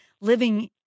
Living